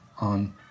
on